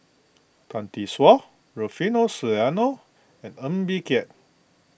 Tan Tee Suan Rufino Soliano and Ng Bee Kia